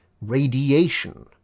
Radiation